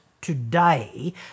today